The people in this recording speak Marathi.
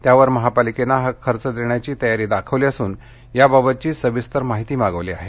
त्यावर महापालिकेनं हा खर्च देण्याची तयारी दाखविली असून याबाबतची सविस्तर माहिती मागविली आहे